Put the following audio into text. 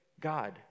God